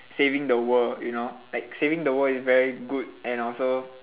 saving the world you know like saving the world is very good and also